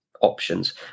options